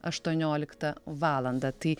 aštuonioliktą valandą tai